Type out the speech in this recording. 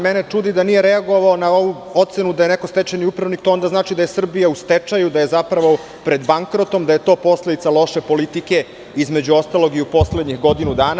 Mene čudi da nije reagovao na ovu ocenu da je neko stečajni upravnik, to onda znači da je Srbija u stečaju, da je zapravo prede bankrotom, da je to posledica loše politike, između ostalog u poslednjih godinu dana.